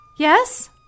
Yes